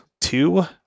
two